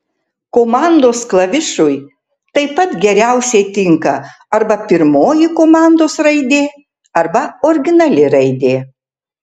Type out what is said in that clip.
komandos klavišui taip pat geriausiai tinka arba pirmoji komandos raidė arba originali raidė